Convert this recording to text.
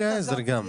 הזאתי,